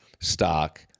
stock